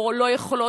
או לא יכולות,